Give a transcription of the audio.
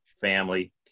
family